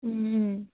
अँ